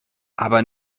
aber